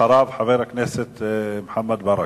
ואחריו, חבר הכנסת מוחמד ברכה.